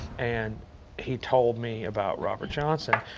and he told me about robert johnson.